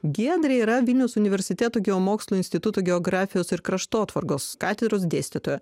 giedrė yra vilniaus universiteto geomokslų instituto geografijos ir kraštotvarkos katedros dėstytoja